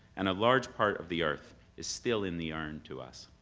and a large part of the earth is still in the urn to us.